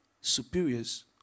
superiors